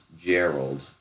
Gerald